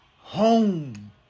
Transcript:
home